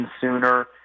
sooner